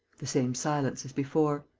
the same silence as before.